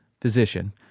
physician